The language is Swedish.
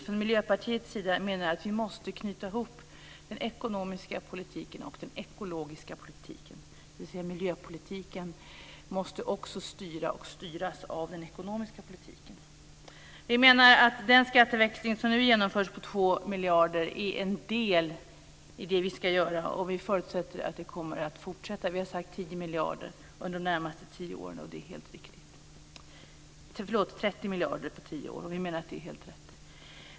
Från Miljöpartiets sida menar vi att vi måste knyta ihop den ekonomiska politiken och den ekologiska politiken, dvs. att miljöpolitiken måste också styra och styras av den ekonomiska politiken. Vi menar att den skatteväxling som genomförs på 2 miljarder är en del i det vi ska göra, och vi förutsätter att det kommer att fortsätta. Vi har sagt 30 miljarder under de närmaste tio åren, och det är helt rätt.